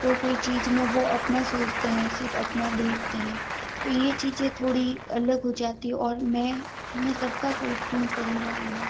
कोई कोई चीज में वो अपना सोचते हैं सिर्फ अपना देखते हैं तो ये चीज़ें थोड़ी अलग हो जाती हैं और मैं मैं सब का सोचती हूँ परिवार में